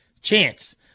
chance